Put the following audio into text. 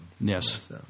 Yes